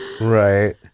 Right